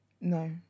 No